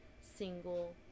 single